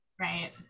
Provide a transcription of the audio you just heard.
right